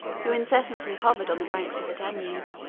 who incessantly hovered on the banks of the danube,